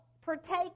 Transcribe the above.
partake